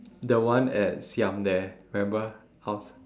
the one at siam there remember I was